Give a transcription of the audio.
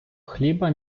хліба